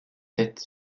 sept